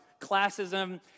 classism